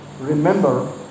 remember